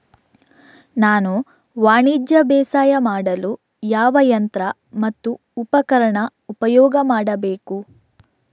ನಾನು ವಾಣಿಜ್ಯ ಬೇಸಾಯ ಮಾಡಲು ಯಾವ ಯಂತ್ರ ಮತ್ತು ಉಪಕರಣ ಉಪಯೋಗ ಮಾಡಬೇಕು?